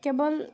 কেৱল